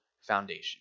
foundation